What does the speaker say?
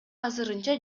азырынча